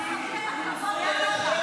אני מפריעה לך.